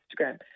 Instagram